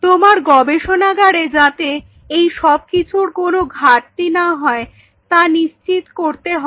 তোমার গবেষণাগারে যাতে এই সবকিছুর কখনো ঘাটতি না হয় তা নিশ্চিত করতে হবে